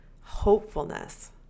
hopefulness